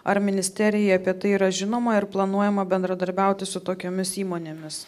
ar ministerijai apie tai yra žinoma ir planuojama bendradarbiauti su tokiomis įmonėmis